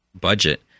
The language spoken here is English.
budget